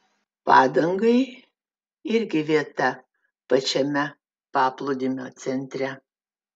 padangai irgi vieta pačiame paplūdimio centre